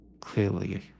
clearly